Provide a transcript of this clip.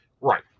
Right